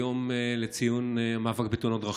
היום לציון המאבק בתאונות דרכים.